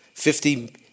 Fifty